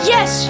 Yes